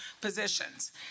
positions